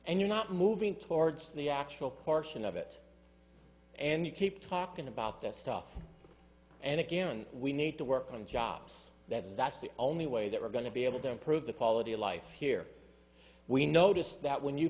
and you're not moving towards the actual portion of it and you keep talking about this stuff and again we need to work on jobs that's the only way that we're going to be able to improve the quality of life here we noticed that when you